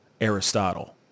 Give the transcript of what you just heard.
Aristotle